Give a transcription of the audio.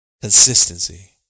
Consistency